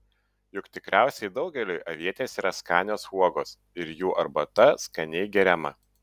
juk tikriausiai daugeliui avietės yra skanios uogos ir jų arbata skaniai geriama